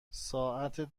ساعت